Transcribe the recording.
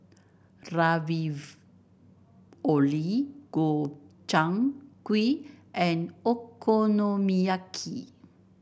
Ravioli Gobchang Gui and Okonomiyaki